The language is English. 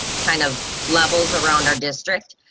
kind of levels around our district,